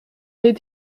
les